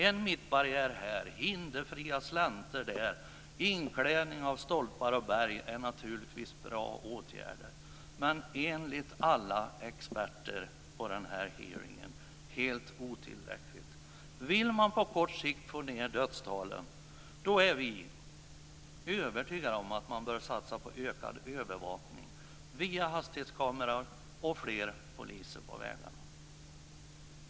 En mittbarriär här och hinderfria slänter där liksom inklädning av stolpar och berg är naturligtvis bra åtgärder men enligt alla experterna på hearingen är det helt otillräckligt. Vill man på kort sikt få ned dödstalen bör man, det är vi övertygade om, satsa på ökad övervakning via hastighetskameror och fler poliser på vägarna.